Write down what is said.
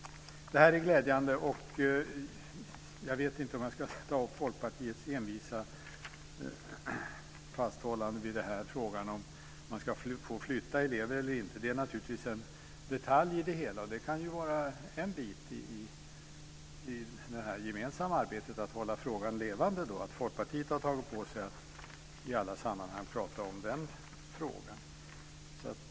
Det är glädjande. Jag vet inte om jag ska ta upp Folkpartiets envisa fasthållande vid frågan om huruvida man ska få flytta elever eller inte. Det är naturligtvis en detalj i det hela. Det kan vara en bit i det gemensamma arbetet att man håller frågan levande, att Folkpartiet har tagit på sig att i alla sammanhang prata om den frågan.